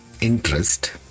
Interest